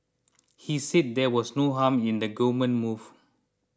he said there was no harm in the government move